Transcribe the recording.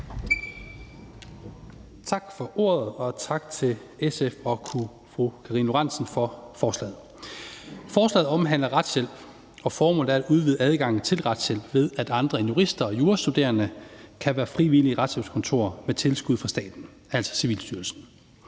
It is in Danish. Tak for ordet. Og tak til SF og fru Karina Lorentzen Dehnhardt for forslaget. Forslaget omhandler retshjælp, og formålet er at udvide adgangen til retshjælp, ved at andre end jurister og jurastuderende kan være frivillige i retshjælpskontorer med tilskud fra staten, altså Civilstyrelsen.